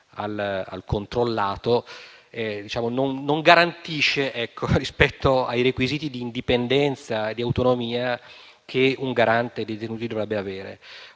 al controllato, non garantisce rispetto ai requisiti di indipendenza e di autonomia che un garante dei detenuti dovrebbe avere.